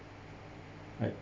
I